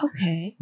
Okay